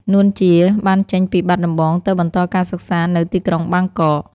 នួន ជា បានចេញពីបាត់ដំបងទៅបន្តការសិក្សានៅទីក្រុងបាងកក។